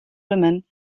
women